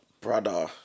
Brother